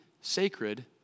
sacred